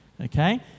Okay